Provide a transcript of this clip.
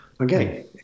Okay